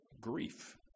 grief